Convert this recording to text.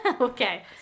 Okay